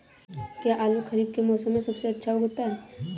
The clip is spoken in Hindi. क्या आलू खरीफ के मौसम में सबसे अच्छा उगता है?